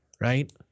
right